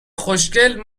خوشگل